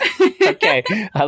Okay